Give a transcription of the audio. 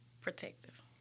Protective